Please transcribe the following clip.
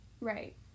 Right